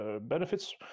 benefits